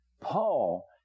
Paul